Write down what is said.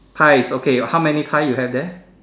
pies okay how many pie you have there